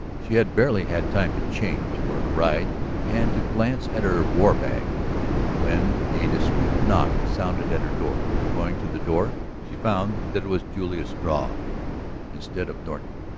she had barely had time to change for her ride and to glance at her war bag when a discreet knock sounded at her door. going to the door she found that it was julius struve instead of norton.